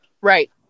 Right